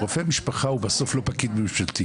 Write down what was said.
רופא משפחה הוא בסוף לא פקיד ממשלתי.